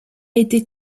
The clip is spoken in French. été